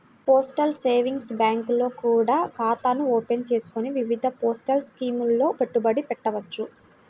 postal savings బ్యాంకుల్లో కూడా ఖాతాను ఓపెన్ చేసుకొని వివిధ పోస్టల్ స్కీముల్లో పెట్టుబడి పెట్టవచ్చు